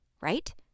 right